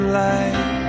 light